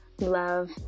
love